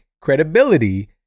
credibility